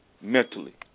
mentally